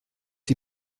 die